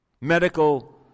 medical